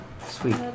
sweet